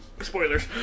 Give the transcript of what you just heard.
Spoilers